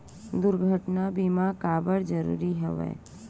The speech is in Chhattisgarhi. दुर्घटना बीमा काबर जरूरी हवय?